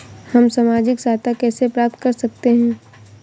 हम सामाजिक सहायता कैसे प्राप्त कर सकते हैं?